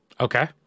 okay